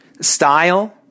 style